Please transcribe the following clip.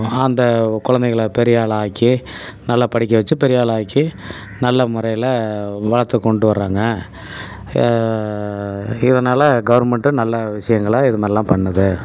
அந்த குழந்தைகள பெரிய ஆளாக ஆக்கி நல்லா படிக்க வச்சு பெரிய ஆளாக ஆக்கி நல்ல முறையில் வளர்த்து கொண்டு வர்கிறாங்க இதனால் கவர்மெண்ட்டு நல்ல விஷயங்களா இது மாதிரிலாம் பண்ணுது